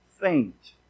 faint